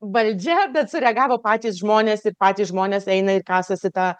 valdžia bet sureagavo patys žmonės ir patys žmonės eina į kasasi tą